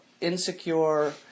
insecure